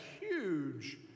huge